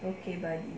okay buddy